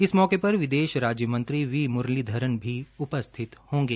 इस मौके पर विदेश राज्य मंत्री वी मुरलीधरन भी उपस्थित होंगे